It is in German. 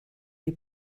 wie